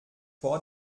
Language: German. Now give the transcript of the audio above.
vor